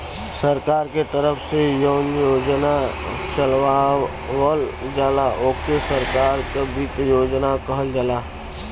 सरकार के तरफ से जौन योजना चलावल जाला ओके सरकार क वित्त योजना कहल जाला